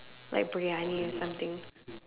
like Briyani or something